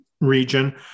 region